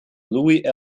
louie